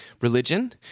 religion